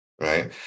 right